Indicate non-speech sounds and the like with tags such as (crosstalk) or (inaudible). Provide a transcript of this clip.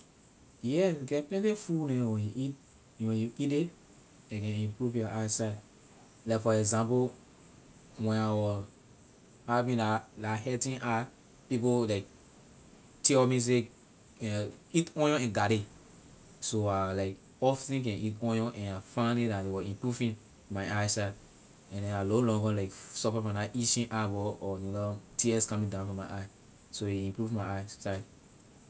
Yeah we get plenty food neh ho when you eat when you eat it a can improve your eye sight like for example when I was having la la hurting eye people will tell like me say (hesitation) eat onion and garlic so I like often can eat onion and I find it la a was improving my eye sight and then I longer like suffer from la itching eyeball or neither tears coming down from my eye so a improve my eye sight.